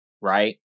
right